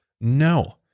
No